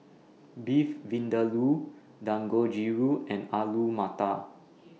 Beef Vindaloo Dangojiru and Alu Matar